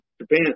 Japan